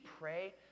pray